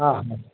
हा हा